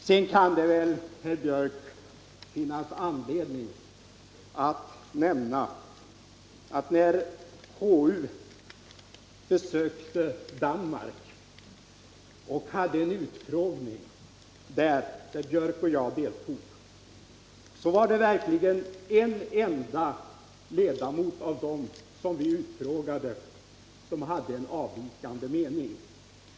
Sedan kan det väl, herr Björck i Nässjö, finnas anledning att nämna att när konstitutionsutskottet besökte Danmark och gjorde en utfrågning, där herr Björck och jag deltog, var det en enda ledamot bland dem som Nr 7 vi utfrågade som hade en avvikande mening.